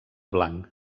blanc